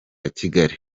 kigali